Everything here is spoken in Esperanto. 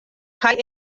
kaj